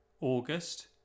august